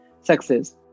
success